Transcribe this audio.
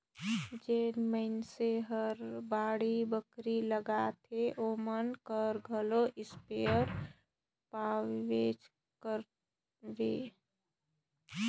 जेन मइनसे हर बाड़ी बखरी लगाथे ओमन कर घरे इस्पेयर पाबेच करबे